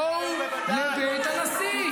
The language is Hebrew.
ומה, אתם גם מהסוג הזה, בוודאי ובוודאי.